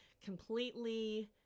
completely